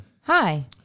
Hi